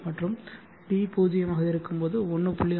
மற்றும் d 0 ஆக இருக்கும்போது 1